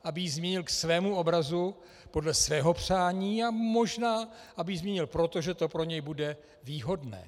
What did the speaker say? Aby ji změnil k svému obrazu, podle svého přání, a možná aby ji změnil proto, že to pro něj bude výhodné.